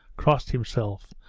crossed himself,